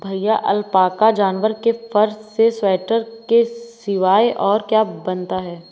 भैया अलपाका जानवर के फर से स्वेटर के सिवाय और क्या बनता है?